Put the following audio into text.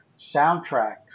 soundtracks